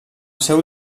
seu